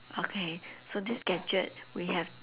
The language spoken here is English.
okay so this gadget we have